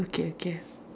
okay okay